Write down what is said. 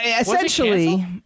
essentially